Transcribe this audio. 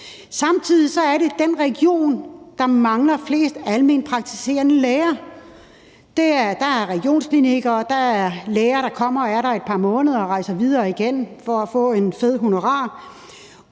Samtidig er det den region, der mangler flest almenpraktiserende læger. Der er regionsklinikker, og der er læger, der kommer og er der et par måneder og rejser videre igen for at få et fedt honorar.